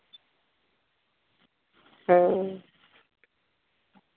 हँ